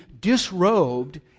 disrobed